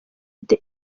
the